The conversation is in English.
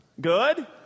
Good